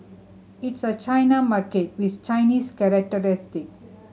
it's a China market with Chinese characteristic